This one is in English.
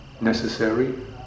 necessary